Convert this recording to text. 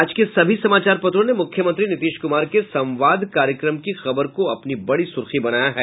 आज के सभी समाचार पत्रों ने मुख्यमंत्री नीतीश कुमार के संवाद कार्यक्रम की खबर को अपनी बड़ी सुर्खी बनाया है